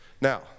Now